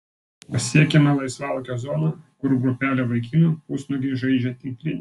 pasiekiame laisvalaikio zoną kur grupelė vaikinų pusnuogiai žaidžia tinklinį